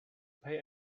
pay